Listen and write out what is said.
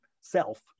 self